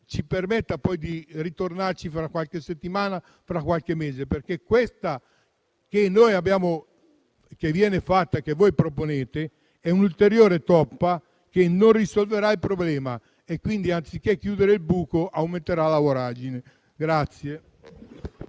ci costringa a ritornarci fra qualche settimana o fra qualche mese. Questa che viene fatta e che voi proponete è un'ulteriore toppa che non risolverà il problema e che, anziché chiudere il buco, aumenterà la voragine.